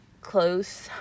close